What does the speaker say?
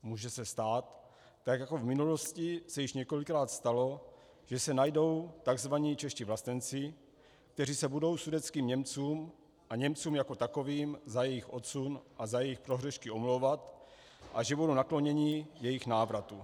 Může se stát, tak jako v minulosti se již několikrát stalo, že se najdou takzvaní čeští vlastenci, kteří se budou sudetským Němcům a Němcům jako takovým za jejich odsun a za jejich prohřešky omlouvat, a že budou nakloněni jejich návratu.